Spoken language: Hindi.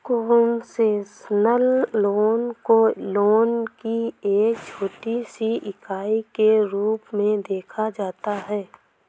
कोन्सेसनल लोन को लोन की एक छोटी सी इकाई के रूप में देखा जाता है